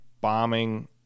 bombing